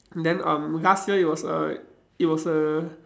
then um last year it was a it was a